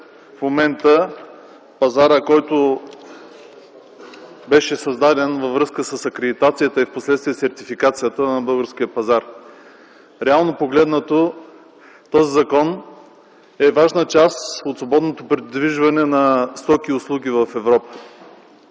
в ред пазара, който беше създаден във връзка с акредитацията и впоследствие със сертификацията на българския пазар. Реално погледнато, този закон е важна част от свободното придвижване на стоки и услуги в Европа.